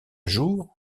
jours